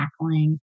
tackling